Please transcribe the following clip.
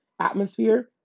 atmosphere